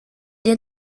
dia